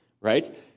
right